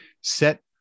set